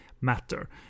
matter